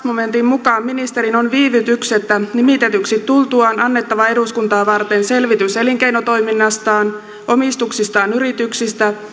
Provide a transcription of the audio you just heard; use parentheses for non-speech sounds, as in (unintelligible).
(unintelligible) momentin mukaan ministerin on viivytyksettä nimitetyksi tultuaan annettava eduskuntaa varten selvitys elinkeinotoiminnastaan omistuksistaan yrityksissä